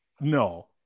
No